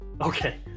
okay